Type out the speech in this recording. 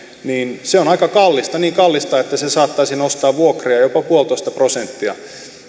on aika kallista niin kallista että se saattaisi nostaa vuokria jopa puolitoista prosenttia